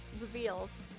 reveals